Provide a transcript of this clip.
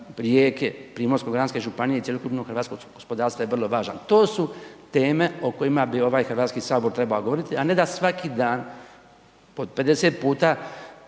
Rijeke, Primorsko-goranske županije i cjelokupnog hrvatskog gospodarstva je vrlo važan. To su teme o kojima bi ovaj Hrvatski sabor trebao govoriti a ne da svaki dan po 50 puta,